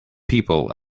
people